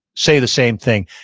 say the same thing.